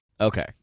Okay